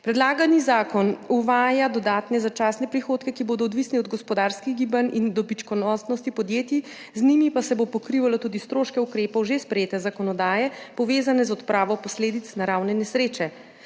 Predlagani zakon uvaja dodatne začasne prihodke, ki bodo odvisni od gospodarskih gibanj in dobičkonosnosti podjetij, z njimi pa se bo pokrivalo tudi stroške ukrepov že sprejete zakonodaje, povezane z odpravo posledic naravne nesreče.